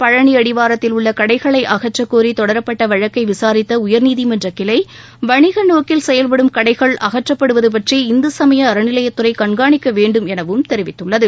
பழனி அடிவாரத்தில் உள்ள கடைகளை அகற்றக் கோரி தொடரப்பட்ட வழக்கை விசாரித்த உயர்நீதிமன்ற கிளை வணிக நோக்கில் செயல்படும் கடைகள் அகற்றப்படுவது பற்றி இந்து சமய அறநிலையத்துறை கண்காணிக்க வேண்டும் எனவும் தெரிவித்துள்ளது